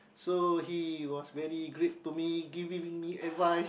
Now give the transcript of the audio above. so he was very great to me giving me advice